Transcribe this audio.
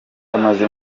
amaze